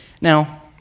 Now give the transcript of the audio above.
Now